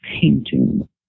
painting